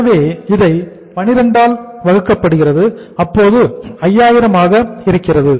எனவே இதை 12 ஆல் வகுக்கப்படுகிறது அப்போது 5000 ஆக இருக்கிறது